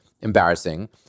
embarrassing